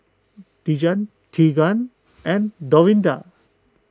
Deegan Teagan and Dorinda